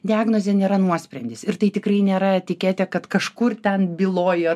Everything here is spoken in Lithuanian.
diagnozė nėra nuosprendis ir tai tikrai nėra etiketė kad kažkur ten byloj ar